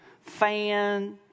fan